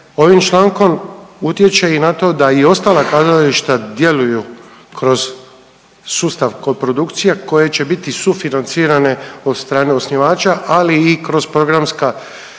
ovim člankom utječe i na to da i ostala kazališta djeluju kroz sustav koprodukcija koje će biti sufinancirane od strane osnivača, ali i kroz programska